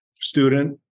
student